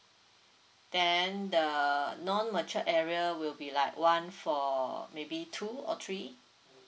then the non matured area will be like one for maybe two or three